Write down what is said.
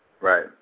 Right